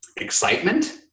excitement